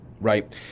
right